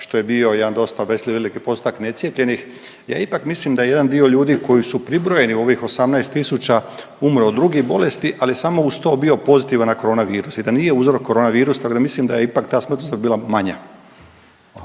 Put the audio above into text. što je bio jedan dosta veliki postotak necijepljenih. Ja ipak mislim da jedan dio ljudi koji su pribrojeni u ovih 18 tisuća, umrlo od drugih bolesti ali samo je uz to bio pozitivan na corona virus i da nije uzrok corona virus tako da mislim da je ipak za smrtnost bila manja.